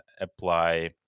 apply